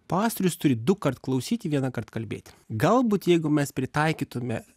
pastorius turi dukart klausyti vieną kart kalbėti galbūt jeigu mes pritaikytume